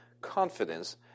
confidence